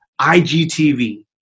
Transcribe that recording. IGTV